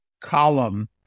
column